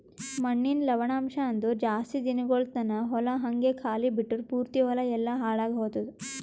ಮಣ್ಣಿನ ಲವಣಾಂಶ ಅಂದುರ್ ಜಾಸ್ತಿ ದಿನಗೊಳ್ ತಾನ ಹೊಲ ಹಂಗೆ ಖಾಲಿ ಬಿಟ್ಟುರ್ ಪೂರ್ತಿ ಹೊಲ ಎಲ್ಲಾ ಹಾಳಾಗಿ ಹೊತ್ತುದ್